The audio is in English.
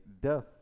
death